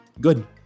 good